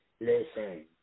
listen